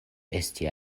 esti